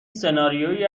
سناریویی